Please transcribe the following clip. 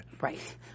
Right